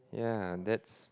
yeah that's